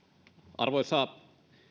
arvoisa